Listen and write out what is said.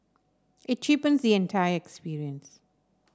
it cheapen the entire experience